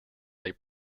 they